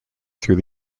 through